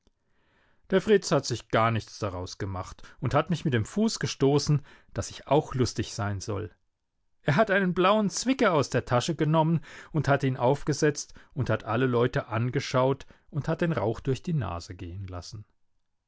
der fritz hat sich gar nichts daraus gemacht und hat mich mit dem fuß gestoßen daß ich auch lustig sein soll er hat einen blauen zwicker aus der tasche genommen und hat ihn aufgesetzt und hat alle leute angeschaut und hat den rauch durch die nase gehen lassen